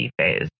phase